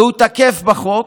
והוא תקף בחוק,